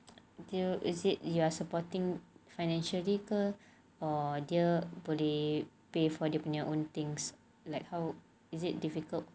is it you are supporting financially ke or dia boleh pay for dia punya own things like oh is it difficult